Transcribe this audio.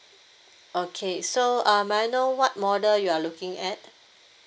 okay so uh may I know what model you are looking at